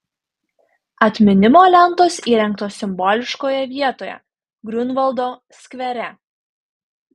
atminimo lentos įrengtos simboliškoje vietoje griunvaldo skvere